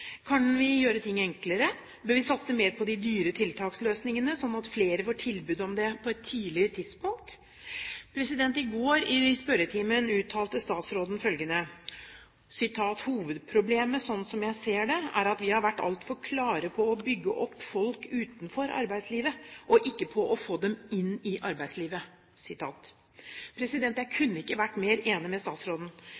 Kan vi gjøre ting enklere? Bør vi satse mer på de dyre tiltaksløsningene, slik at flere får tilbud om dem på et tidligere tidspunkt? I spørretimen i går uttalte statsråden følgende: «Hovedproblemet, sånn som jeg ser det, er at vi har vært altfor klare på å bygge opp folk utenfor arbeidslivet og ikke på å få dem inn i arbeidslivet.»